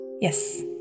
Yes